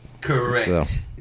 Correct